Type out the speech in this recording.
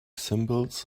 symbols